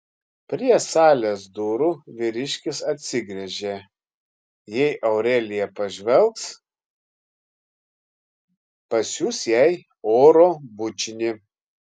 prie salės durų vyriškis atsigręžė jei aurelija pažvelgs pasiųs jai oro bučinį